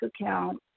account